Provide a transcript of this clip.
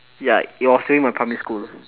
ya it was during my primary school